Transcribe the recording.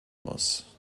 muss